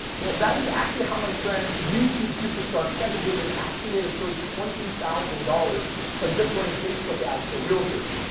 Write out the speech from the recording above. well, that is actually how my friend, youtube superstar, kevin david actually made his first twenty thousand dollars by just running facebook ads for realtors.